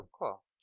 cool